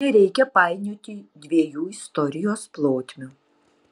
nereikia painioti dviejų istorijos plotmių